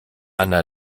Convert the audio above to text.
anna